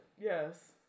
yes